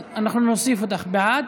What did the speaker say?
אנחנו נוסיף אותך בעד.